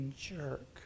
jerk